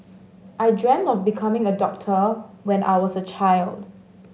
I dreamt of becoming a doctor when I was a child